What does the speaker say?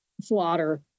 slaughter